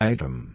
Item